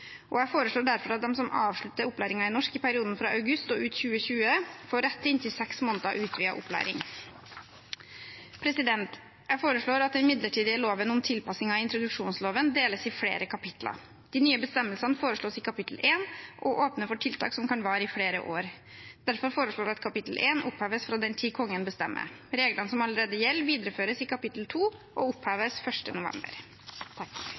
Jeg foreslår derfor at de som avslutter opplæringen i norsk i perioden fra august og ut 2020, får rett til inntil seks måneder utvidet opplæring. Jeg foreslår at den midlertidige loven om tilpassing av introduksjonsloven deles i flere kapitler. De nye bestemmelsene foreslås i kapittel 1 og åpner for tiltak som kan vare i flere år. Derfor foreslår jeg at kapittel 1 oppheves fra den tid Kongen bestemmer. Reglene som allerede gjelder, videreføres i kapittel 2 og oppheves 1. november.